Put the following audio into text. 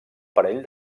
parell